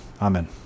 Amen